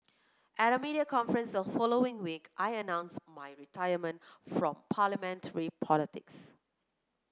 at a media conference the following week I announced my retirement from Parliamentary politics